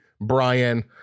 Brian